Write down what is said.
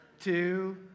two